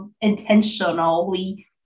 intentionally